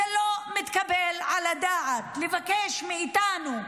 זה לא מתקבל על הדעת לבקש מאיתנו להזדעזע,